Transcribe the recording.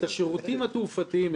את השירותים התעופתיים,